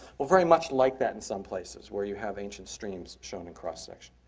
well, very much like that in some places where you have ancient streams shown in cross section.